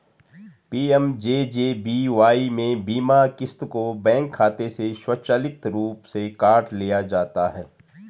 PMJJBY में बीमा क़िस्त को बैंक खाते से स्वचालित रूप से काट लिया जाता है